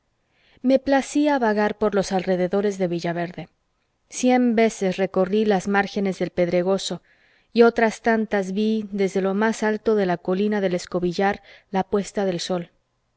me placía vagar por los alrededores de villaverde cien veces recorrí las márgenes del pedregoso y otras tantas ví desde lo más alto de la colina del escobillar la puesta del sol